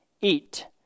eat